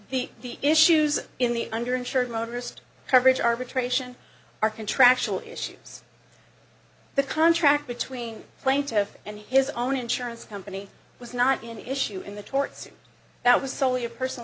the the issues in the under insured motorist coverage arbitration are contractual issues the contract between plaintiff and his own insurance company was not an issue in the torts that was soley a personal